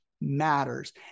matters